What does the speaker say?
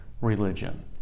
religion